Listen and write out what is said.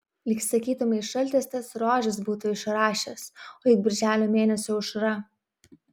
lyg sakytumei šaltis tas rožes būtų išrašęs o juk birželio mėnesio aušra